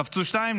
קפצו שניים,